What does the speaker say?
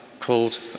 called